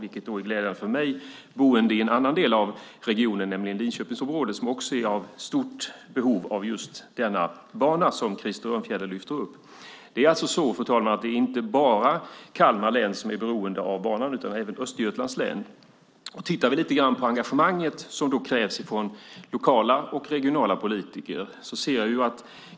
Det gläder mig som bor i en annan del av regionen, nämligen Linköpingsområdet, som också är i stort behov av denna bana som Krister Örnfjäder lyfter upp. Det är inte bara Kalmar län som är beroende av banan utan även Östergötlands län. Låt oss titta lite på det engagemang som krävs från lokala och regionala politiker.